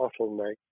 bottleneck